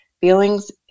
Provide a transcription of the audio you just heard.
Feelings